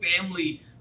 family